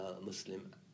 Muslim